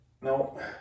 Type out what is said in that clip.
No